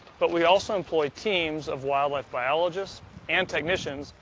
but we also employ teams of wildlife biologists and technicians,